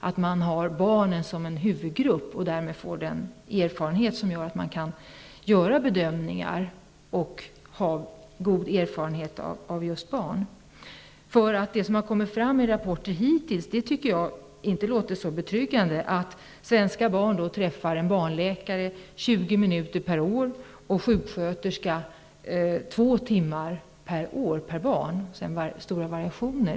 Man bör ha barnen som en huvudgrupp. Därmed får man den erfarenhet som medför att man kan göra bedömningar. Det som har kommit fram i rapporter hittills låter inte särskilt betryggande, nämligen att svenska barn träffar en barnläkare 20 minuter per år och barn och en sjuksköterska 2 timmar per år. Det finns stora variationer.